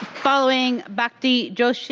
following bahkti joki.